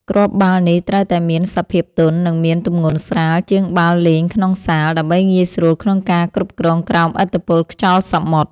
គ្រាប់បាល់នេះត្រូវតែមានសភាពទន់ និងមានទម្ងន់ស្រាលជាងបាល់លេងក្នុងសាល ដើម្បីងាយស្រួលក្នុងការគ្រប់គ្រងក្រោមឥទ្ធិពលខ្យល់សមុទ្រ។